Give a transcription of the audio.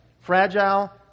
Fragile